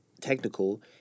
technical